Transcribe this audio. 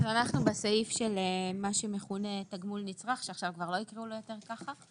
אנחנו בסעיף שמכונה תגמול נצרך שעכשיו כבר לא יקראו לו כך.